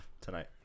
Tonight